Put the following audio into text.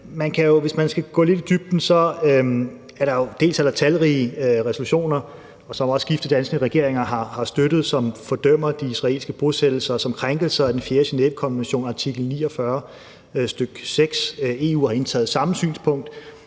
hvis man skal gå lidt i dybden, er der talrige resolutioner – som også skiftende danske regeringer har støttet – som fordømmer de israelske bosættelser som krænkelser af den fjerde Genèvekonventions artikel 49, stk. 6. EU har indtaget samme synspunkt.